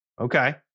Okay